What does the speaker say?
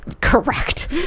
Correct